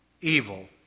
evil